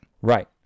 Right